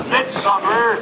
Midsummer